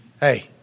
Hey